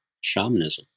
shamanism